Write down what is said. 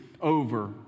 over